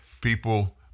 People